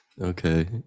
Okay